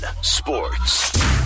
sports